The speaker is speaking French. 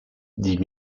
dit